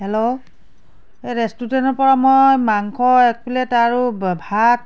hello এই ৰেষ্টুৰেণ্টৰ পৰা মই মাংস এক প্লেট আৰু ব ভাত